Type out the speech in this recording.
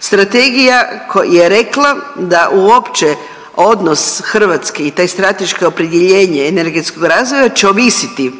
Strategija je rekla da uopće odnos Hrvatske i to strateško opredjeljenje energetskog razvoja će ovisiti